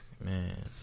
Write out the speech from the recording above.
Man